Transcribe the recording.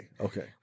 Okay